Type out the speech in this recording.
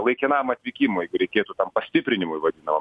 laikinam atvykimui jeigu reikėtų tam pastiprinimui vadinamam